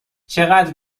چقدر